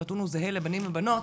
הנתון הוא זהה לבנים ובנות,